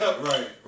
right